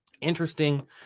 Interesting